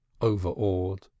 overawed